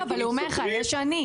לא, אבל הוא אומר לך יש עני.